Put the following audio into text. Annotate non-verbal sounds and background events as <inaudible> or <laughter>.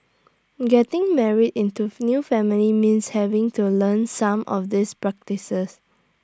getting married into <noise> new family means having to learn some of these practices